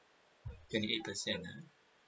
twenty eight percent ah